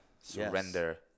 surrender